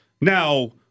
Now